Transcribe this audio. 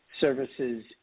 services